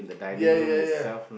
yeah yeah yeah